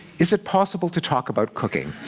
is it possible to talk about cooking?